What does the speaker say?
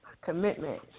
Commitment